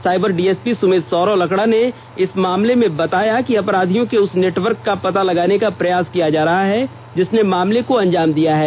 cyber DSP Sumit Saurav Lakra ने इस मामले में बताया कि अपराधियों के उस नेटवर्क का पता लगाने का प्रयास किया जा रहा है जिसने मामले को अंजाम दिया है